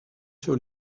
sur